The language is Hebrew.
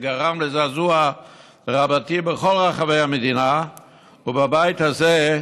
שגרם לזעזוע רבתי בכל רחבי המדינה ובבית הזה,